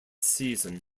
season